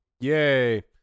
Yay